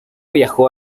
viajó